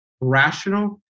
rational